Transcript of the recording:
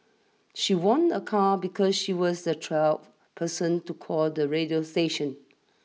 she won a car because she was the twelve person to call the radio station